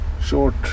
short